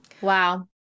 Wow